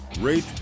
rate